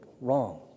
wrong